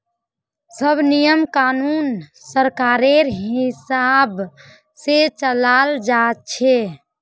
सब नियम कानून सरकारेर हिसाब से चलाल जा छे